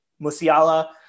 Musiala